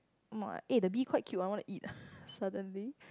eh the bee quite cute I want to eat suddenly